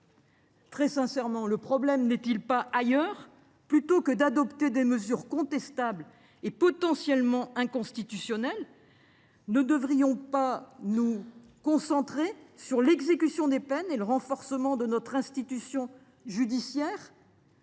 euros d’amende ? Le problème n’est il pas ailleurs ? Plutôt que d’adopter des mesures contestables et potentiellement inconstitutionnelles, ne devrions nous pas nous concentrer sur l’exécution des peines et le renforcement de notre institution judiciaire ?